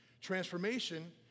Transformation